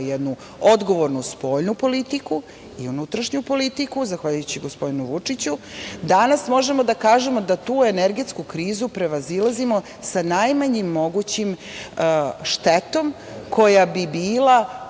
jednu odgovornu spoljnu i unutrašnju politiku, zahvaljujući gospodinu Vučiću, danas možemo da kažemo da tu energetsku krizu prevazilazimo sa najmanjom mogućom štetom koja bi bila